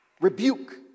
rebuke